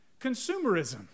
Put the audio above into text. consumerism